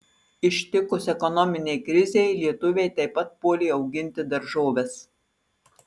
ištikus ekonominei krizei lietuviai taip pat puolė auginti daržoves